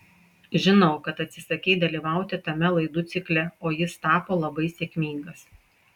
žinau kad atsisakei dalyvauti tame laidų cikle o jis tapo labai sėkmingas